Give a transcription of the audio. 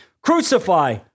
Crucify